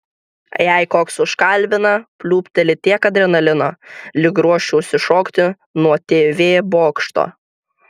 jei koks užkalbina pliūpteli tiek adrenalino lyg ruoščiausi šokti nuo tv bokšto